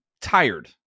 tired